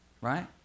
right